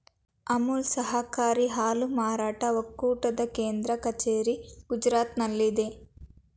ಅಮುಲ್ ಸಹಕಾರಿ ಹಾಲು ಮಾರಾಟ ಒಕ್ಕೂಟದ ಕೇಂದ್ರ ಕಚೇರಿ ಗುಜರಾತ್ನಲ್ಲಿದೆ